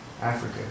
Africa